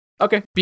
okay